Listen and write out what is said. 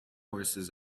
horses